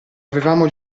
avevamo